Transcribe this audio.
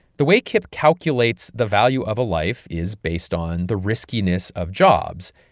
the way kip calculates the value of a life is based on the riskiness of jobs,